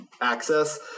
access